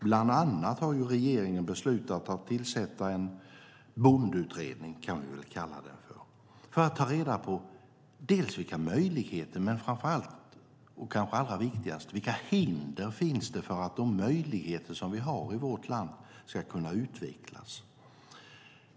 Bland annat har regeringen beslutat att tillsätta en bondeutredning för att ta reda på förutsättningar och hinder för att de möjligheter som finns i vårt land ska kunna utvecklas.